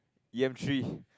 E M three